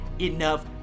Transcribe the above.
enough